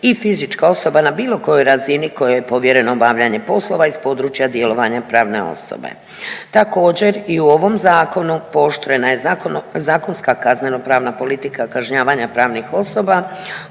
i fizička osoba na bilo kojoj razini kojoj je povjereno obavljanje poslova iz područja djelovanja pravne osobe. Također, i u ovom Zakonu pooštrena je zakonska kaznenopravna politika kažnjavanja pravnih osoba